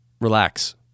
relax